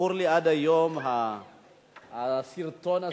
זכור לי עד היום הסרטון הזה,